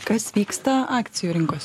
kas vyksta akcijų rinkos